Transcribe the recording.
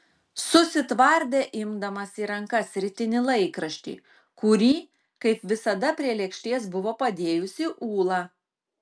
susitvardė imdamas į rankas rytinį laikraštį kurį kaip visada prie lėkštės buvo padėjusi ūla